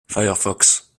firefox